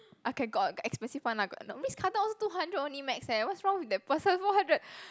okay got expensive one ah got Riz-Carlton also two hundred only max eh what's wrong with that person four hundred